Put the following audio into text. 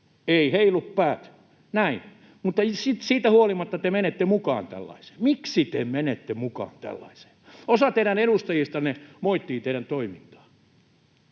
Ei heilu päät. Näin. Mutta siitä huolimatta menette mukaan tällaiseen. Miksi te menette mukaan tällaiseen? Osa teidän edustajistanne moittii teidän toimintaanne.